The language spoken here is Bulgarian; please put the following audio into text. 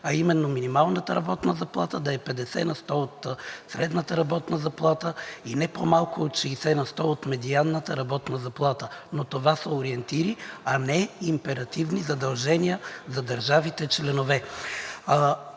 а именно минималната работна заплата да е 50% от средната работна заплата и не по-малко от 60% от медианната работна заплата. Но това са ориентири, а не императивни задължения за държавите членки.